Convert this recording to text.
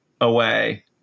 away